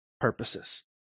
purposes